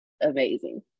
amazing